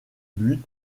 buts